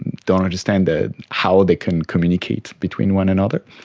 don't understand ah how they can communicate between one another.